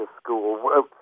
school